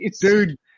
Dude